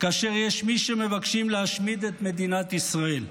כאשר יש מי שמבקשים להשמיד את מדינת ישראל.